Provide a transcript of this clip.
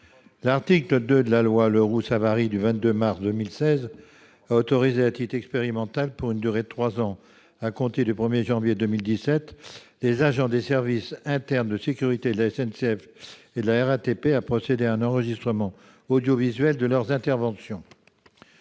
L'article 2 de la loi Le Roux-Savary du 22 mars 2016 a autorisé à titre expérimental, pour une durée de trois ans à compter du 1 janvier 2017, les agents des services internes de sécurité de la SNCF et de la RATP à procéder à un enregistrement audiovisuel de leurs interventions.